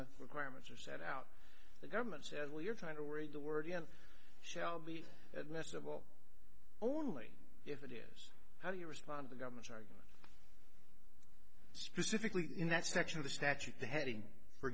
the requirements are set out the government says well you're trying to read the word again shall be admissible only how do you respond the government's argument specifically in that section of the statute the heading for